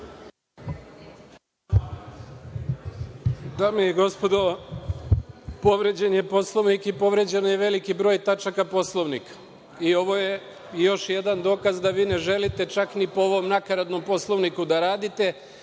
Dame i gospodo, povređen je Poslovnik i povređen je veliki broj tačaka Poslovnika i ovo je još jedan dokaz da vi ne želite, čak ni po ovom nakaradnom Poslovniku, da radite